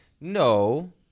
no